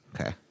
Okay